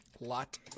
lot